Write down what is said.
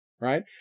right